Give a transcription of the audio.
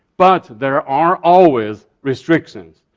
but there are always restrictions,